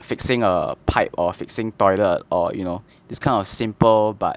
fixing a pipe or fixing toilet or you know this kind of simple but